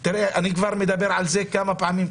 אני כבר מדבר על זה כמה פעמים,